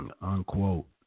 unquote